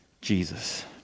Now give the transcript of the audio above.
Jesus